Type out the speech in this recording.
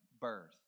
birth